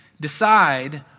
decide